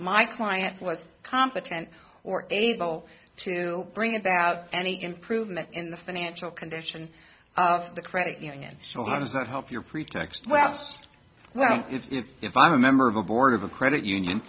my client was competent or able to bring about any improvement in the financial condition of the credit union so how does that help your pretext well just well it's if i'm a member of a board of a credit union